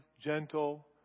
gentle